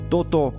Toto